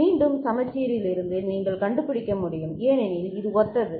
மீண்டும் சமச்சீரில் இருந்து நீங்கள் கண்டுபிடிக்க முடியும் ஏனெனில் இது ஒத்தது